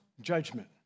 judgment